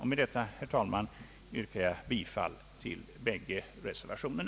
Med detta, herr talman, ber jag att få yrka bifall till båda reservationerna.